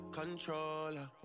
controller